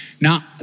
Now